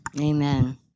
Amen